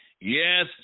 Yes